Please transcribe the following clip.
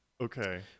Okay